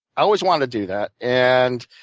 i always wanted to do that. and